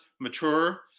Mature